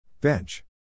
Bench